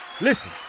Listen